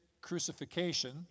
crucifixion